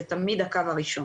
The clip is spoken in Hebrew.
זה תמיד הקו הראשון.